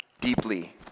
deeply